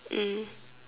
mm